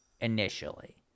initially